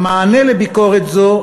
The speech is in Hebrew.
המענה לביקורת זו,